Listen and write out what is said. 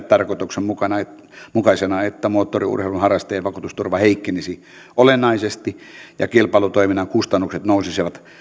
mutta valiokunta ei pidä tarkoituksenmukaisena että moottoriurheilun harrastajan vakuutusturva heikkenisi olennaisesti ja kilpailutoiminnan kustannukset nousisivat